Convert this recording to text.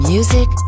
Music